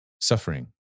suffering